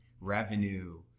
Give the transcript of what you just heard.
revenue